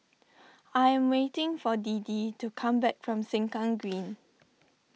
I am waiting for Deedee to come back from Sengkang Green